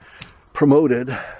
promoted